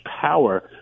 power